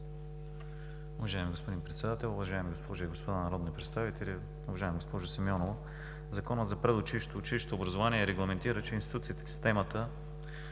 Уважаеми господин Председател, уважаеми госпожи и господа народни представители! Уважаема госпожо Симеонова, Законът за предучилищното и училищното образование регламентира, че институциите в системата